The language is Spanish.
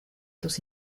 tus